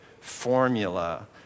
formula